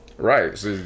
Right